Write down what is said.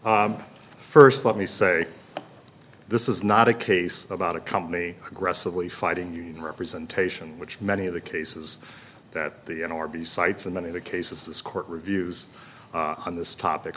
l first let me say this is not a case about a company aggressively fighting union representation which many of the cases that the n l r b cites and many other cases this court reviews on this topic